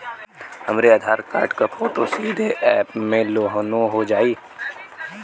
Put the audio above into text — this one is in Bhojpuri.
हमरे आधार कार्ड क फोटो सीधे यैप में लोनहो जाई?